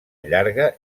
llarga